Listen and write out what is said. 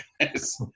guys